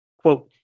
Quote